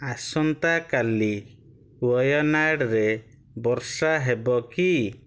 ଆସନ୍ତାକାଲି ୱୟନାଡ଼୍ରେ ବର୍ଷା ହେବ କି